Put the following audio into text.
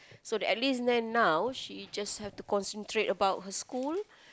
so that at least then now she just have to concentrate about her school